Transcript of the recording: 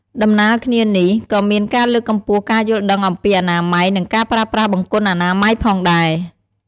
ដំណាលគ្នានេះ ក៏មានការលើកកម្ពស់ការយល់ដឹងអំពី អនាម័យ និងការប្រើប្រាស់បង្គន់អនាម័យផងដែរ។